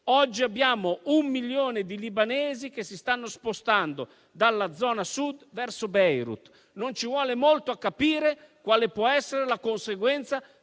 Oggi abbiamo un milione di libanesi che si sta spostando dalla zona Sud verso Beirut: non ci vuole molto a capire quale può essere la conseguenza